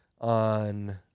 on